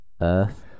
Earth